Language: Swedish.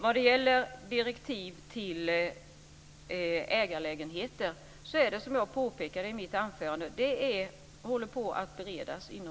Vad gäller direktiven till ägarlägenheter bereds de, som jag påpekade i mitt anförande, inom Regeringskansliet.